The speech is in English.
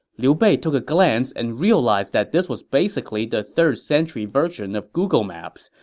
liu bei took a glance and realized that this was basically the third century version of google maps,